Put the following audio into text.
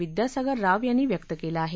विद्यासागर राव यांनी व्यक्त केला आहे